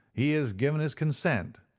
he has given his consent,